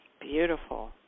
Beautiful